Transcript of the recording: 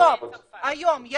יש